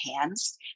hands